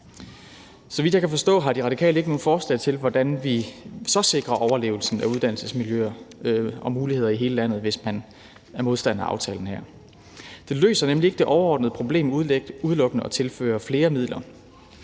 Så vidt jeg kan forstå, har De Radikale ikke nogen forslag til, hvordan vi så sikrer overlevelsen af uddannelsesmiljøer og -muligheder i hele landet, hvis man er modstander af aftalen her. Det løser nemlig ikke det overordnede problem udelukkende at tilføre flere midler.